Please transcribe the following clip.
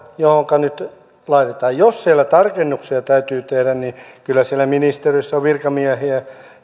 johonka nyt laitetaan jos siellä tarkennuksia täytyy tehdä niin kyllä siellä ministeriössä on virkamiehiä